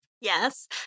Yes